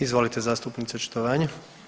Izvolite zastupnice očitovanje.